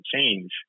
change